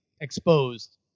exposed